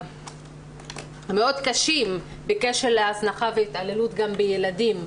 המאוד קשים בקשר להזנחה והתעללות גם בילדים,